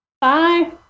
Bye